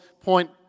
point